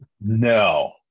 No